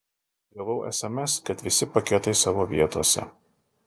gavau sms kad visi paketai savo vietose